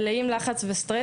לחץ וגם תסכול